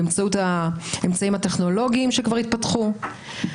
באמצעות האמצעים הטכנולוגיים שכבר התפתחו,